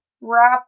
wrap